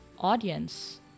audience